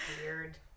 weird